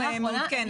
מילה אחרונה,